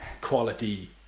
quality